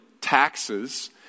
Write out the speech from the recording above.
taxes